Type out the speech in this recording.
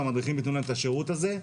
והמדריכים יתנו להם את השירות הזה,